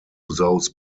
those